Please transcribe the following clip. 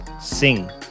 sing